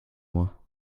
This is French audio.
mois